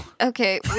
Okay